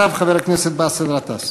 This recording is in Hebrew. אחריו, חבר הכנסת באסל גטאס.